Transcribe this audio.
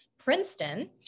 Princeton